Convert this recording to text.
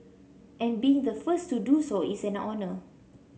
and being the first to do so is an honour